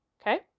Okay